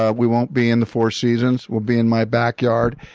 ah we won't be in the four seasons we'll be in my backyard.